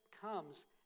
comes